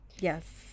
Yes